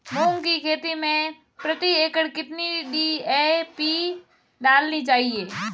मूंग की खेती में प्रति एकड़ कितनी डी.ए.पी डालनी चाहिए?